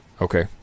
okay